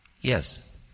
Yes